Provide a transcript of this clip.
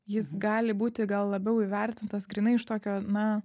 jis gali būti gal labiau įvertintas grynai iš tokio na